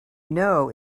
know